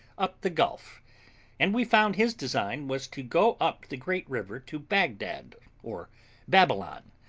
up the gulf and we found his design was to go up the great river to bagdad or babylon,